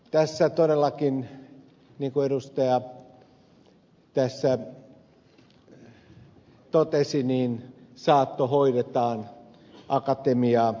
tässä todellakin niin kuin edustaja tässä totesi saattohoidetaan akatemiaa